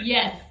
Yes